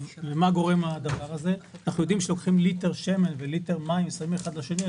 אנחנו יודעים שכשלוקחים ליטר שמן וליטר מים ושמים האחד ליד השני,